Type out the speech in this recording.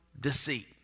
deceit